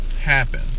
happen